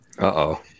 Uh-oh